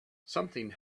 something